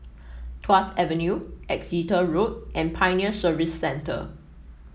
Tuas Avenue Exeter Road and Pioneer Service Centre